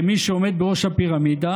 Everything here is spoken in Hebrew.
כמי שעומד בראש הפירמידה,